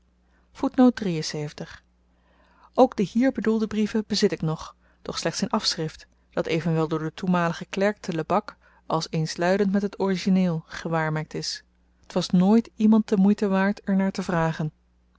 ook de hier bedoelde brieven bezit ik nog doch slechts in afschrift dat evenwel door den toenmaligen klerk te lebak als eensluidend met het origineel gewaarmerkt is t was nooit iemand de moeite waard er naar te vragen